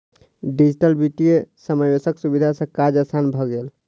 digital वित्तीय समावेशक सुविधा सॅ काज आसान भ गेल